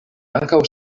ankaŭ